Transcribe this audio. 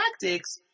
tactics